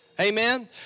Amen